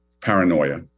paranoia